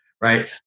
right